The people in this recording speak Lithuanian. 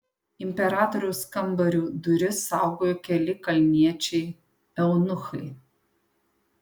imperatoriaus kambarių duris saugojo keli kalniečiai eunuchai